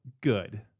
good